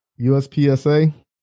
USPSA